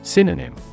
Synonym